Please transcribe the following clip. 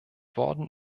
worden